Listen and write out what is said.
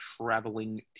traveling